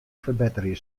ferbetterje